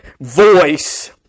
voice